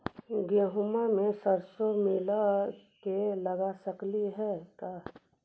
गेहूं मे सरसों मिला के लगा सकली हे का?